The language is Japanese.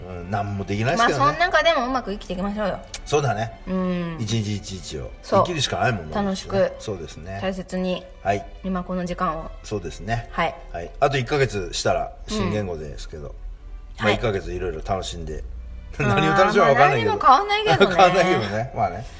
うん。何もできないですけどね。まあ、そん中でもうまく生きていきましょうよ。そうだね。うん。一日一日を。そう。生きるしかないもんね。楽しく、そうですね。大切に、はい。今この時間を。そうですね。はい。はい。あと一ヶ月したら新言語ですけど。うん。まあ、はい。一ヶ月いろいろ楽しんで。 何を楽しむかわかんないけど。あー、まあ、何も変わんないけどね。 変わんないけどね。まあね。